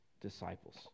disciples